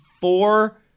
four